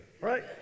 right